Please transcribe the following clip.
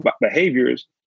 behaviors